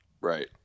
Right